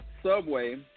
Subway